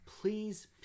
please